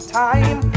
time